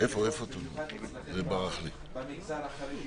במיוחד אצלכם במגזר החרדי,